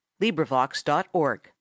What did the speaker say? librivox.org